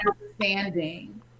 understanding